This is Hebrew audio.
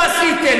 כלום לא עשיתם.